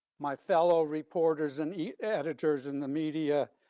my fellow reporters and editors in the media,